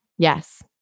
Yes